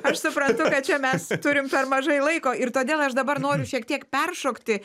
aš suprantu kad čia mes turim per mažai laiko ir todėl aš dabar noriu šiek tiek peršokti